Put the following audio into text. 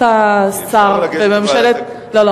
אפשר לגשת לוועדת, לא.